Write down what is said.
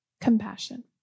Compassion